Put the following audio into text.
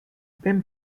ben